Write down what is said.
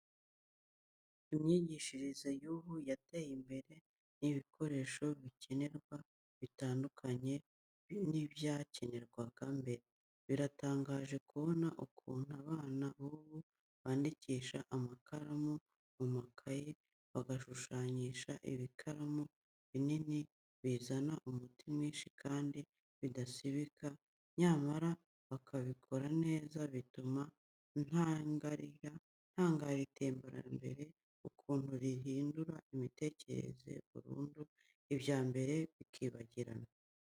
Imyigishirize y'ubu yateye imbere, n'ibikoresho bikenerwa bitandukanye n'ibyakenerwaga mbere. Biratangaje kubona ukuntu abana b'ubu bandikisha amakaramu mu makaye, bagashushanyisha ibikaramu binini bizana umuti mwinshi kandi bidasibika, nyamara bakabikora neza, bituma ntangarira iterambere ukuntu rihindura imitekerereze burundu, ibya mbere bikibagirana.